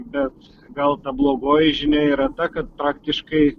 bet gal ta blogoji žinia yra ta kad praktiškai